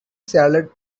salad